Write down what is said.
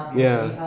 ya